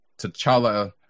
T'Challa